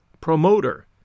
promoter